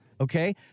okay